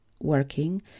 working